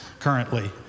currently